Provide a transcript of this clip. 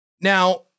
Now